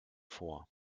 vor